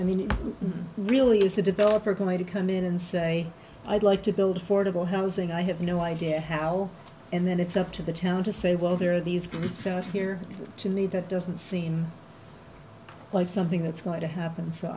i mean it really is a developer going to come in and say i'd like to build affordable housing i have no idea how and then it's up to the town to say well there are these groups out here to me that doesn't seem like something that's going to happen so